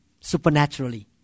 supernaturally